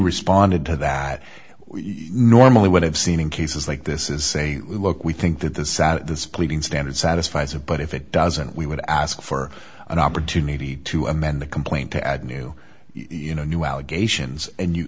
responded to that we normally would have seen in cases like this is say look we think that the sat this pleading standard satisfies a but if it doesn't we would ask for an opportunity to amend the complaint to add new you know new allegations and you